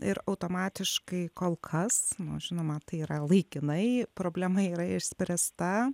ir automatiškai kol kas nors žinoma tai yra laikinai problema yra išspręsta